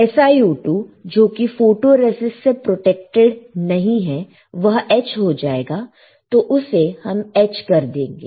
SiO2 जोकि photoresist से protected नहीं है वह एच हो जाएगा तो उसे हम एच कर देंगे